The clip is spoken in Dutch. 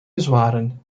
bezwaren